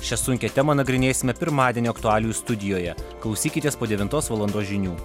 šias sunkią temą nagrinėsime pirmadienio aktualijų studijoje klausykitės po devintos valandos žinių